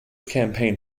campaign